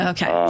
Okay